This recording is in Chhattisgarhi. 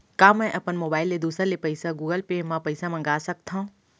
का मैं अपन मोबाइल ले दूसर ले पइसा गूगल पे म पइसा मंगा सकथव?